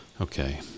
Okay